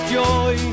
joy